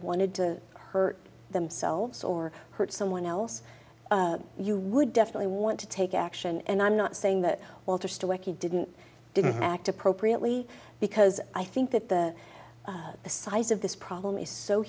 wanted to hurt themselves or hurt someone else you would definitely want to take action and i'm not saying that walter still recchi didn't act appropriately because i think that the the size of this problem is so